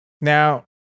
Now